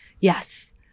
Yes